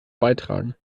beitragen